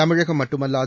தமிழகம் மட்டுமல்லாது